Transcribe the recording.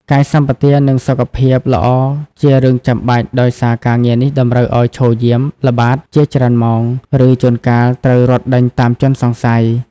កាយសម្បទា និងសុខភាពល្អជារឿងចាំបាច់ ដោយសារការងារនេះតម្រូវឲ្យឈរយាម ល្បាត ជាច្រើនម៉ោង ឬជួនកាលត្រូវរត់ដេញតាមជនសង្ស័យ។